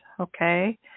okay